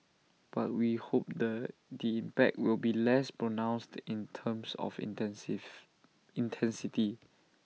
but we hope the the impact will be less pronounced in terms of intensive intensity